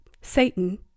Satan